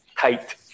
tight